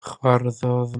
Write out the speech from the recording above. chwarddodd